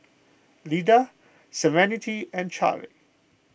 Lida Serenity and Charle